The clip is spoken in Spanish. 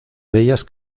bellas